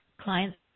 clients